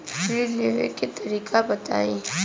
ऋण लेवे के तरीका बताई?